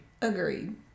Agreed